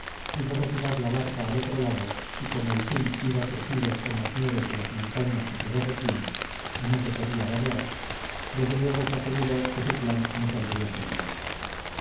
hizo retirar la barca al otro lado y como el sil iba crecido con las nieves de las montañas que se derretían y no se podía vadear desde luego se aseguró que su plan no saldría fallido